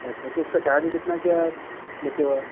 अच्छा तो उसका चार्ज कितना क्या लेते हो आप